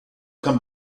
come